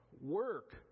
Work